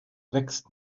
wächst